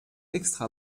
extra